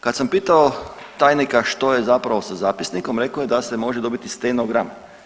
Kad sam pitao tajnika što je zapravo sa zapisnikom, rekao je da se može dobiti stenogram.